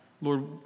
Lord